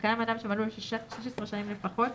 שקיים אדם שמלאו לו 16 שנים לפחות,